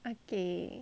okay